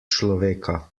človeka